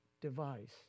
device